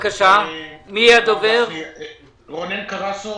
רונן קרסו,